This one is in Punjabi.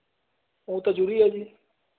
ਉਹ ਤਾਂ ਜਰੂਰੀ ਐ ਜੀ